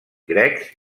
grecs